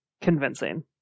convincing